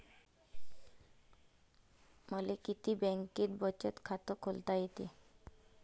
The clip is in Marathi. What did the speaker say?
मले किती बँकेत बचत खात खोलता येते?